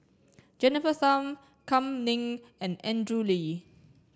Jennifer Tham Kam Ning and Andrew Lee